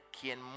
quien